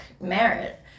merit